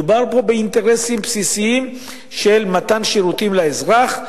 אלא מדובר פה באינטרסים בסיסיים של מתן שירותים לאזרח,